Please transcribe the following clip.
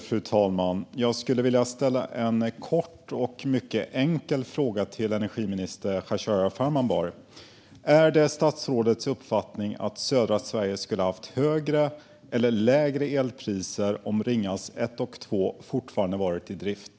Fru talman! Jag skulle vilja ställa en kort och mycket enkel fråga till energiminister Khashayar Farmanbar. Är statsrådets uppfattning att södra Sverige hade haft högre eller lägre elpriser om Ringhals 1 och 2 fortfarande hade varit i drift?